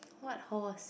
what host